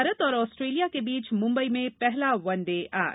भारत और आस्ट्रेलिया के बीच मुंबई में पहला वनडे आज